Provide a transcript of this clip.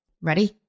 ready